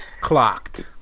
clocked